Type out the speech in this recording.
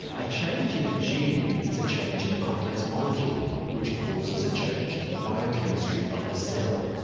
a change in a gene is a change in a complex molecule, which causes a change in the biochemistry of the cell.